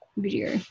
video